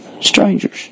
strangers